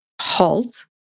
halt